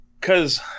cause